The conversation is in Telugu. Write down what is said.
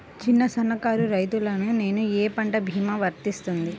చిన్న సన్న కారు రైతును నేను ఈ పంట భీమా వర్తిస్తుంది?